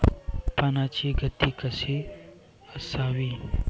पाण्याची गती कशी असावी?